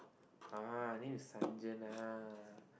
ah her name is